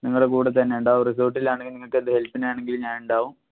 നിങ്ങളുടെ കൂടെ തന്നെ ഉണ്ടാവും റിസോട്ടിലാണെങ്കിൽ നിങ്ങൾക്കെന്ത് ഹെല്പിനാണെങ്കിലും ഞാനുണ്ടാവും